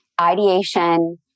ideation